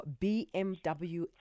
BMW